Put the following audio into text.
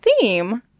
theme